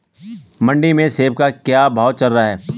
मंडी में सेब का क्या भाव चल रहा है?